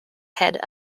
head